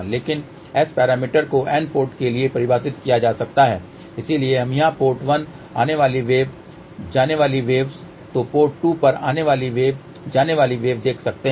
लेकिन S parameters को N port के लिए परिभाषित किया जा सकता है इसलिए हम यहां पोर्ट 1 आने वाली वेव जाने वाली वेव तो पोर्ट 2 पर आने वाली वेव जाने वाली वेव देख सकते हैं